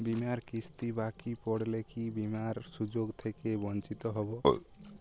বিমার কিস্তি বাকি পড়লে কি বিমার সুযোগ থেকে বঞ্চিত হবো?